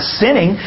sinning